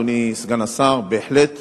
אדוני סגן השר: בהחלט